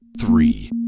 three